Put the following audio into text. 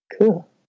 cool